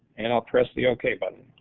and i'll press the okay button.